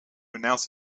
announce